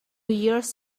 years